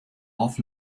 auf